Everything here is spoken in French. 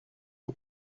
aux